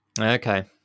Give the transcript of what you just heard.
Okay